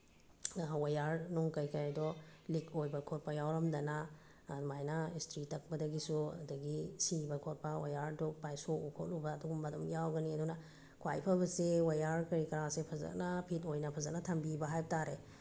ꯋꯥꯌꯔꯅꯨꯡ ꯀꯩꯀꯩꯗꯣ ꯂꯤꯛ ꯑꯣꯏꯕ ꯈꯣꯠꯄ ꯌꯥꯎꯔꯝꯗꯅ ꯑꯗꯨꯃꯥꯏꯅ ꯏꯁꯇ꯭ꯔꯤ ꯇꯛꯄꯗꯒꯤꯁꯨ ꯑꯗꯒꯤ ꯁꯤꯕ ꯈꯣꯠꯄ ꯋꯥꯌꯔꯗꯨ ꯁꯣꯛꯎ ꯈꯣꯠꯂꯨꯕ ꯑꯗꯨꯒꯨꯝꯕ ꯑꯗꯨꯝ ꯌꯥꯎꯒꯅꯤ ꯑꯗꯨꯅ ꯈ꯭ꯋꯥꯏ ꯐꯕꯁꯤ ꯋꯥꯌꯔ ꯀꯔꯤ ꯀꯔꯥꯁꯦ ꯐꯖꯅ ꯐꯤꯠ ꯑꯣꯏꯅ ꯐꯖꯅ ꯊꯝꯕꯤꯕ ꯍꯥꯏꯕ ꯇꯥꯔꯦ